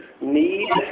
need